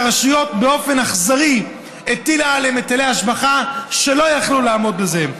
שהרשויות באופן אכזרי הטילה עליהם היטלי השבחה והם לא יכלו לעמוד בזה.